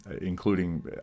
including